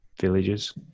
villages